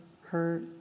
hurt